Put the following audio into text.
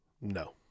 No